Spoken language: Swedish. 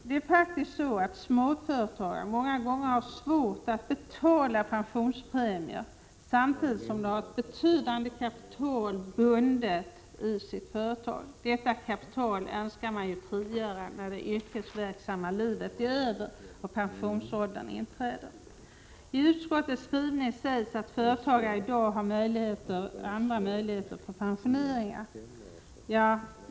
Det är faktiskt så att småföretagare många gånger har svårt att betala pensionspremier samtidigt som de har ett betydande kapital bundet i sitt företag. Detta kapital önskar man ju frigöra när det yrkesverksamma livet är över och pensionsåldern inträder. I utskottets skrivning sägs att företagare i dag har andra möjligheter för pensionering.